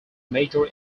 major